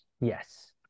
Yes